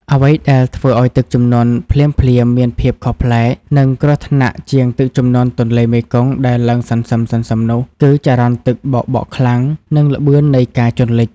អ្វីដែលធ្វើឱ្យទឹកជំនន់ភ្លាមៗមានភាពខុសប្លែក និងគ្រោះថ្នាក់ជាងទឹកជំនន់ទន្លេមេគង្គដែលឡើងសន្សឹមៗនោះគឺ ចរន្តទឹកបោកបក់ខ្លាំង និងល្បឿននៃការជន់លិច។